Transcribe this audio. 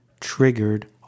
triggered